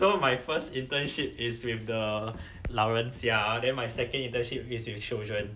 so my first internship is with the 老人家 then my second intership is with children